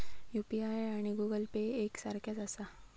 UPI आणि Google pay एक सारख्याच आसा?